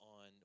on